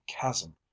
chasm